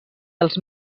dels